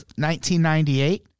1998